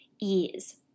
ease